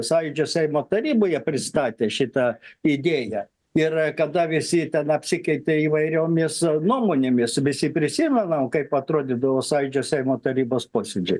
sąjūdžio seimo taryboje pristatė šitą idėją ir kada visi ten apsikeitė įvairiomis nuomonėmis visi prisimenam kaip atrodydavo sąjūdžio seimo tarybos posėdžiai